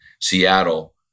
Seattle